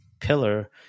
pillar